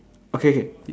okay K